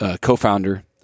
co-founder